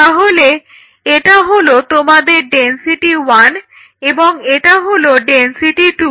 তাহলে এটা হলো তোমাদের ডেনসিটি 1 এবং এটা হলো ডেনসিটি 2